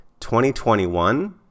2021